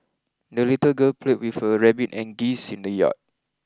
the little girl played with her rabbit and geese in the yard